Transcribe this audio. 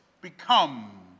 become